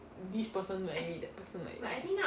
this person look like me that person look like me